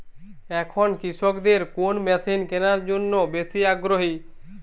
এখন কৃষকদের কোন মেশিন কেনার জন্য বেশি আগ্রহী?